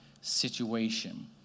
situation